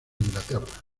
inglaterra